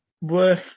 Worth